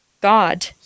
God